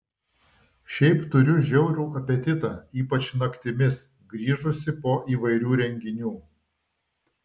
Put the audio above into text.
šiaip turiu žiaurų apetitą ypač naktimis grįžusi po įvairių renginių